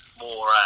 more